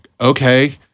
okay